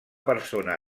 persona